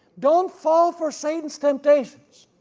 don't fall for satan's temptations,